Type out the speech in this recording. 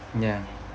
ya